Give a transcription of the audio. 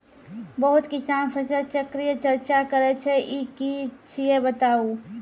बहुत किसान फसल चक्रक चर्चा करै छै ई की छियै बताऊ?